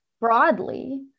broadly